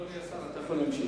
אדוני השר, אתה יכול להמשיך.